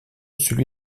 celui